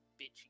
bitchy